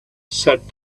sat